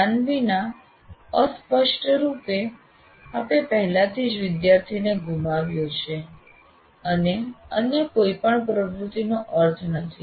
ધ્યાન વિના સ્પષ્ટરૂપે આપે પહેલાથી જ વિદ્યાર્થીને ગુમાવ્યો છે અને અન્ય કોઈ પણ પ્રવૃત્તિનો કોઈ અર્થ નથી